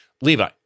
Levi